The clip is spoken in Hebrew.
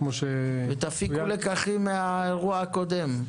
כמו ש --- תפיקו לקחים מהאירוע הקודם.